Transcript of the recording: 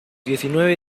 diecinueve